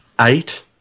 eight